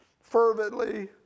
fervently